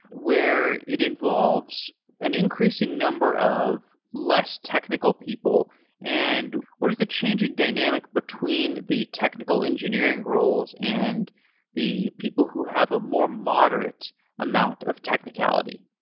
where it involves and increasing number of less technical people and what is the changing dynamic between the technical engineering roles and the people who have a more moderate amount of technicality?